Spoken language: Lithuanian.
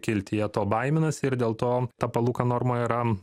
kilti jie to baiminasi ir dėl to ta palūkanų norma yra